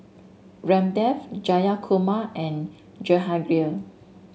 Ramdev Jayakumar and Jehangirr